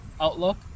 outlook